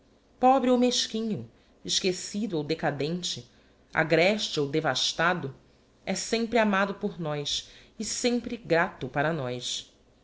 pobre ou mesquinho esquecido ou decadunle agreste ou devastado sempre amado por nós e sempre grato para hós